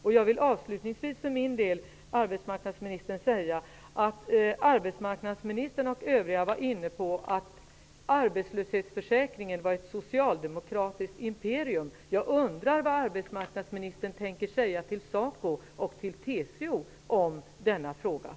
jag säger det avslutningsvis för min del, arbetsmarknadsministern -- att arbetslöshetsförsäkringen var ett socialdemokratiskt imperium. Jag undrar vad arbetsmarknadsministern tänker säga till SACO och till TCO i den frågan.